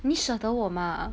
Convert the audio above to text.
你舍得我吗